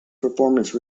performance